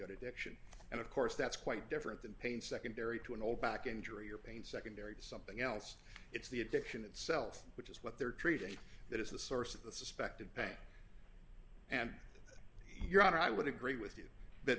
addiction and of course that's quite different than pain secondary to an old back injury or pain secondary to something else it's the addiction itself which is what they're treated that is the source of the suspected pain and your honor i would agree with you that